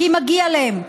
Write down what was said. כי מגיע להם.